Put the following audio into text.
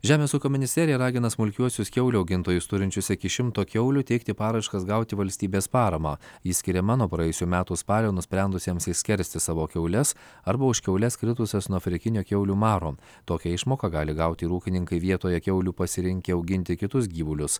žemės ūkio ministerija ragina smulkiuosius kiaulių augintojus turinčius iki šimto kiaulių teikti paraiškas gauti valstybės paramą ji skiriama nuo praėjusių metų spalio nusprendusiems išskersti savo kiaules arba už kiaules kritusias nuo afrikinio kiaulių maro tokią išmoką gali gauti ir ūkininkai vietoje kiaulių pasirinkę auginti kitus gyvulius